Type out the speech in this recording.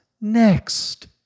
next